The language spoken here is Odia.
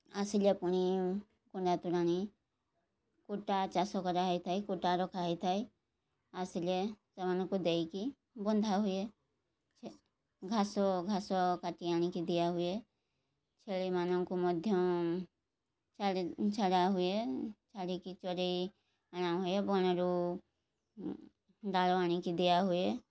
ଆସିଲେ ପୁଣି କୁଣ୍ଡା ତୁଳାଣି କୁଟା ଚାଷ କରାହେଇଥାଏ କୁଟା ରଖାହେଇଥାଏ ଆସିଲେ ସେମାନଙ୍କୁ ଦେଇକି ବନ୍ଧା ହୁଏ ଘାସ ଘାସ କାଟି ଆଣିକି ଦିଆହୁଏ ଛେଳିମାନଙ୍କୁ ମଧ୍ୟ ଛାଡ଼ି ଛଡ଼ା ହୁଏ ଛାଡ଼ିକି ଚରେଇ ଆଣାହୁଏ ବଣରୁ ଡାଳ ଆଣିକି ଦିଆହୁଏ